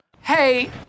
hey